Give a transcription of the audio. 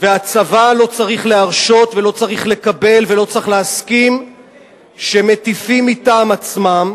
והצבא לא צריך להרשות ולא צריך לקבל ולא צריך להסכים שמטיפים מטעם עצמם,